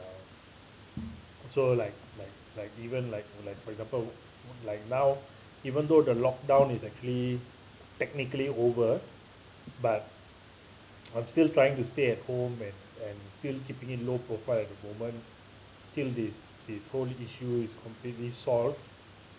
so like like like even like like for example like now even though the lock down is actually technically over but I'm still trying to stay at home and and still keeping it low profile at the moment till this this whole issue is completely solved